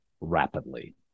rapidly